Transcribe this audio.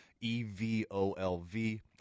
E-V-O-L-V